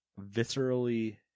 viscerally